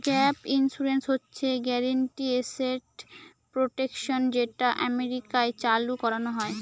gap insurance হচ্ছে guaranteed asset protection যেটা আমেরিকায় চালু করানো হয়